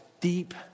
deep